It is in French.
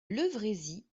levrézy